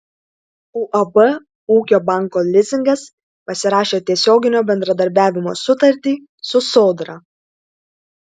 uab ūkio banko lizingas pasirašė tiesioginio bendradarbiavimo sutartį su sodra